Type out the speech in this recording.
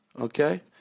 okay